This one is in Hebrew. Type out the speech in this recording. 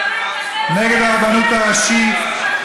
נגד הרבנות הראשית,